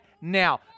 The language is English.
now